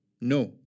No